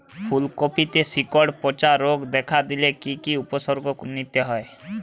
ফুলকপিতে শিকড় পচা রোগ দেখা দিলে কি কি উপসর্গ নিতে হয়?